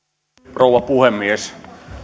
rouva puhemies